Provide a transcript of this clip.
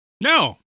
No